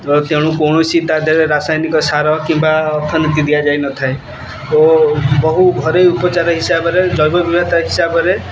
ତେଣୁ କୌଣସି ତା ଦେହରେ ରାସାୟନିକ ସାର କିମ୍ବା ଅର୍ଥନୀତି ଦିଆଯାଇ ନ ଥାଏ ଓ ବହୁ ଘରୋଇ ଉପଚାର ହିସାବରେ ଜୈବବିଭେତା ହିସାବରେ